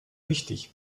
wichtig